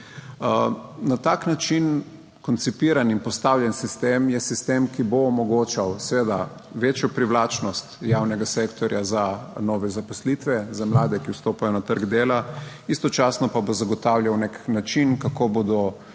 Na tak način koncipiran in postavljen sistem je sistem, ki bo omogočal seveda večjo privlačnost javnega sektorja za nove zaposlitve, za mlade, ki vstopajo na trg dela istočasno, pa bo zagotavljal nek način, kako bodo